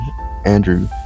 Andrew